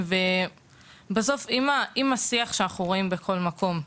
אם השיח שאנחנו רואים בכל מקום,